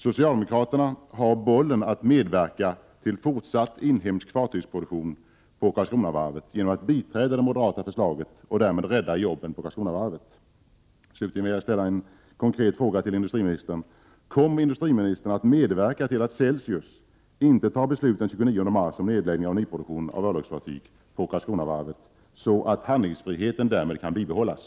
Socialdemokraterna har bollen, att medverka till fortsatt inhemsk fartygsproduktion på Karlskronavarvet genom att biträda det moderata förslaget och därmed rädda jobben på Karlskronavarvet. Slutligen vill jag ställa en konkret fråga till industriministern: Kommer industriministern att medverka till att Celsius den 29 mars inte tar beslut om nedläggning av nyproduktionen av örlogsfartyg på Karlskronavarvet, så att handlingsfriheten därmed kan bibehållas?